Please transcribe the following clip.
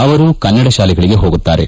ಅವರೂ ಕನ್ನಡ ಶಾಲೆಗಳಿಗೆ ಹೋಗುತ್ತಾರೆ